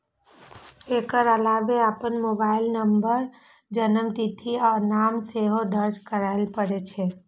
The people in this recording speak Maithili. एकर अलावे अपन मोबाइल नंबर, जन्मतिथि आ नाम सेहो दर्ज करय पड़ै छै